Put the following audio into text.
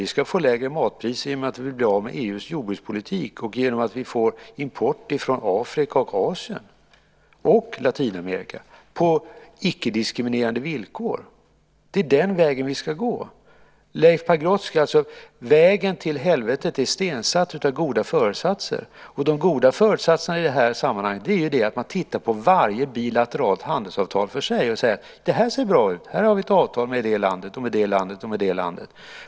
Vi ska få lägre matpriser genom att vi blir av med EU:s jordbrukspolitik och genom att vi får import från Afrika, Asien och Latinamerika på icke-diskriminerande villkor. Det är den vägen vi ska gå. Vägen till helvetet är stensatt av goda föresatser. De goda föresatserna i det här sammanhanget är att man tittar på varje bilateralt handelsavtal och säger att det ser bra ut. Här har vi ett avtal med det landet, med det landet och med det landet.